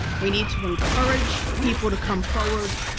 we need to encourage people to come forward,